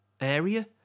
area